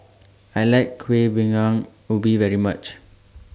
I like Kuih Bingka Ubi very much